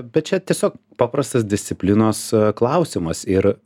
bet čia tiesiog paprastas disciplinos klausimas ir